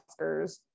Oscars